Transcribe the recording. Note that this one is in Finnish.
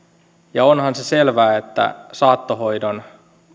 ja onhan se selvää että saattohoidon